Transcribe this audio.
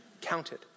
counted